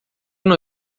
não